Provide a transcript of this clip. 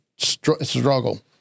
struggle